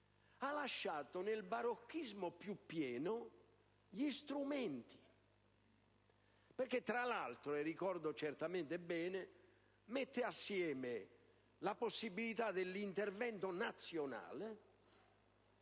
Ha lasciato nel barocchismo più pieno gli strumenti perché tra l'altro - e ricordo certamente bene - mette insieme la possibilità dell'intervento dei